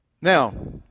Now